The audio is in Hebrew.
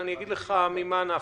אני אגיד ממה נפשך.